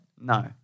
No